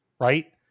Right